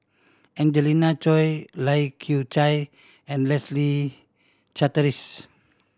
Angelina Choy Lai Kew Chai and Leslie Charteris